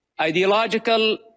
ideological